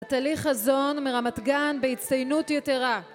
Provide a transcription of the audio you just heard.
נטלי חזון מרמת גן בהצטיינות יתרה